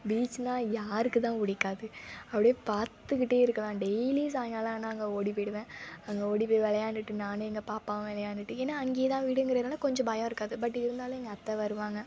பீச்சுன்னால் யாருக்கு தான் பிடிக்காது அப்படியே பார்த்துகிட்டே இருக்கலாம் டெயிலி சாயங்காலம் ஆனால் அங்கே ஓடிப்போயிடுவேன் அங்கே ஓடிப்போய் விளையாண்டுட்டு நானும் எங்கள் பாப்பாவும் விளையாண்டுட்டு ஏன்னால் அங்கேயே தான் வீடுங்கிறனால கொஞ்சம் பயம் இருக்காது பட் இருந்தாலும் எங்கள் அத்தை வருவாங்க